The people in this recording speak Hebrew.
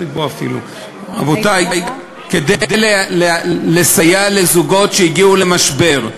רבותי, כדי לסייע לזוגות שהגיעו למשבר,